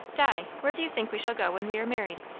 di, where do you think we shall go when we are married?